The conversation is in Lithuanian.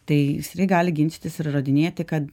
tai jisai gali ginčytis ir įrodinėti kad